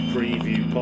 Preview